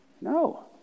No